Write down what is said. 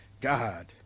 God